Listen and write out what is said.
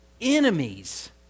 enemies